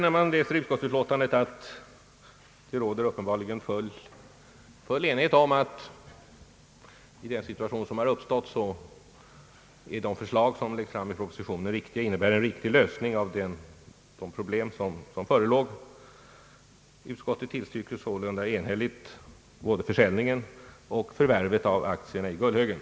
När man läser utskottsutlåtandet finner man att det uppenbarligen råder full enighet om att de förslag som lagts fram i propositionen innebär en riktig lösning av de problem som förelåg i den uppkomna situationen. Utskottet tillstyrker sålunda enhälligt både försäljningen och förvärvet av aktierna i Gullhögen.